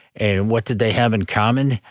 and what did they have in common?